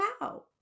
wow